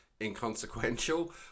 inconsequential